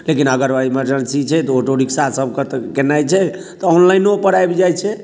लेकिन अगर इमर्जेन्सी छै तऽ आँटो रिक्शा सभ कऽ तऽ केनाइ छै तऽ ऑनलाइनो पर आबि जाइत छै